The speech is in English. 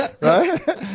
right